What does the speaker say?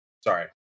Sorry